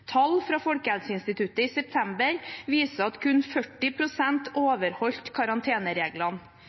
Tall fra Folkehelseinstituttet i september viser at kun 40 pst. overholdt karantenereglene.